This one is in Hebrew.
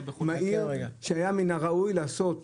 שהיה מן הראוי לעשות